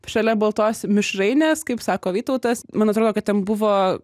šalia baltos mišrainės kaip sako vytautas man atrodo kad ten buvo